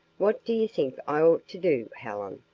what do you think i ought to do, helen?